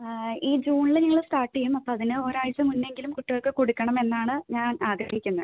ഈ ജൂണിൽ ഞങ്ങൾ സ്റ്റാർട്ട് ചെയ്യും അപ്പോൾ അതിന് ഒരാഴ്ച മുന്നേ എങ്കിലും കുട്ടികൾക്ക് കൊടുക്കണമെന്നാണ് ഞാൻ ആഗ്രഹിക്കുന്നത്